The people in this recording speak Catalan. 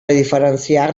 diferenciar